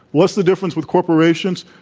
what's the difference with corporations?